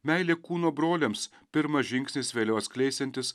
meilė kūno broliams pirmas žingsnis vėliau atskleisiantis